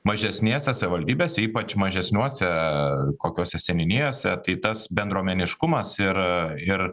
mažesnėse savivaldybėse ypač mažesniuose kokiose seniūnijose tai tas bendruomeniškumas ir ir